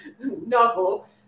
novel